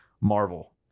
marvel